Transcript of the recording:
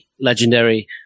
legendary